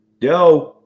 yo